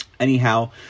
Anyhow